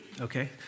Okay